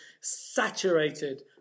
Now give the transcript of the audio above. Saturated